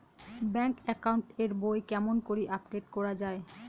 Bank account এর বই কেমন করি আপডেট করা য়ায়?